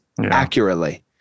accurately